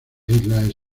islas